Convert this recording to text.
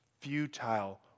futile